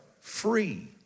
free